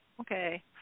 Okay